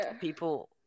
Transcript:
people